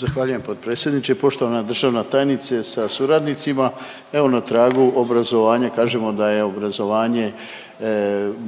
Zahvaljujem potpredsjedniče. Poštovana državna tajnice sa suradnicima, evo na tragu obrazovanja kažemo da je obrazovanje